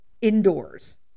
indoors